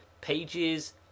pages